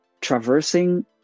Traversing